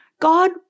God